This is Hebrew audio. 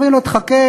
אומרים לו: תחכה.